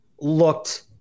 looked